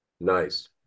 Nice